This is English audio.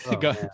Go